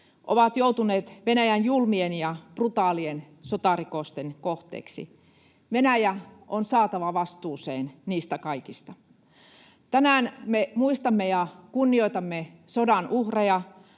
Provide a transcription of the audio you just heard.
ovat joutuneet Venäjän julmien ja brutaalien sotarikosten kohteiksi. Venäjä on saatava vastuuseen niistä kaikista. Tänään me muistamme ja kunnioitamme sodan uhreja,